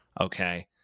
Okay